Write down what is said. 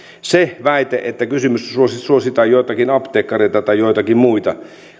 se väite että kysymyksessä suositaan suositaan joitakin apteekkareita tai joitakin muita